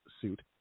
suit